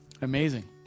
amazing